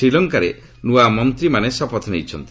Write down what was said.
ଶ୍ରୀଲଙ୍କାରେ ନ୍ତଆ ମନ୍ତ୍ରୀମାନେ ଶପଥ ନେଇଛନ୍ତି